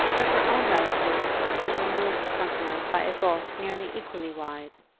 but her own relatives were removed from her by a gulf nearly equally wide.